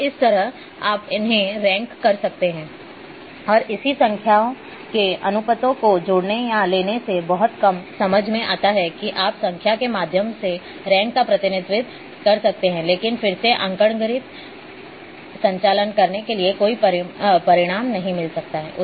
तो इस तरह आप उन्हें रैंक कर सकते हैं और ऐसी संख्याओं के अनुपातों को जोड़ने या लेने से बहुत कम समझ में आता है कि आप संख्याओं के माध्यम से रैंक का प्रतिनिधित्व कर सकते हैं लेकिन फिर से अंकगणितीय संचालन करने से कोई परिणाम नहीं मिल सकता है